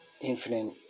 infinite